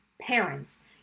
parents